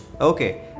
okay